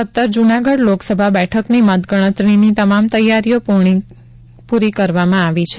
સત્તર જૂનાગઢ લોકસભા બેઠક ની મત ગણતરી ની તમામ તૈયારીઓ પૂર્ણ કરી લેવામાં આવી છે